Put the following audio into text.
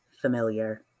familiar